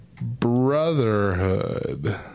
Brotherhood